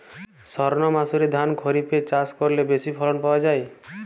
সর্ণমাসুরি ধান খরিপে চাষ করলে বেশি ফলন পাওয়া যায়?